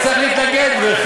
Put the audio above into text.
נו,